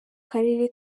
karere